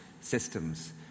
systems